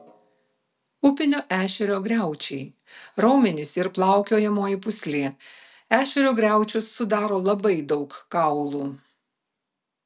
upinio ešerio griaučiai raumenys ir plaukiojamoji pūslė ešerio griaučius sudaro labai daug kaulų